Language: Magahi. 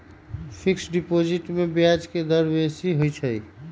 फिक्स्ड डिपॉजिट में ब्याज के दर बेशी होइ छइ